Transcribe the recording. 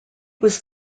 was